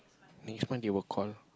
next month they will call